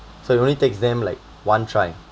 so it only takes them like one try